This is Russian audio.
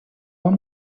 вам